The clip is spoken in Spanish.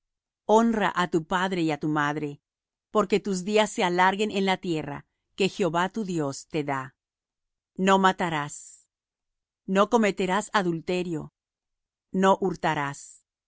honra á tu padre y á tu madre porque tus días se alarguen en la tierra que jehová tu dios te da no matarás no cometerás adulterio no hurtarás no